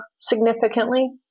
significantly